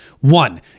One